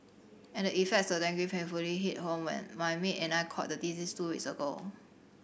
and the effects of dengue painfully hit home when my maid and I caught the disease two weeks ago